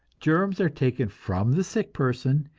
germs are taken from the sick person,